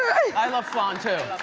i love flan too.